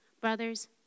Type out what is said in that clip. Brothers